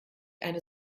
eine